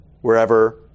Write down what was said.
wherever